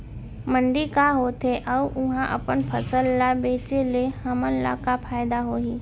मंडी का होथे अऊ उहा अपन फसल ला बेचे ले हमन ला का फायदा होही?